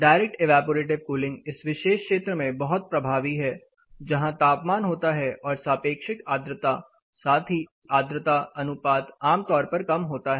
direct evaporative cooling इस विशेष क्षेत्र में बहुत प्रभावी है जहां तापमान होता है और सापेक्षिक आर्द्रता साथ ही आर्द्रता अनुपात आमतौर पर कम होता है